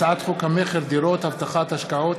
הצעת חוק המכר (דירות) (הבטחת השקעות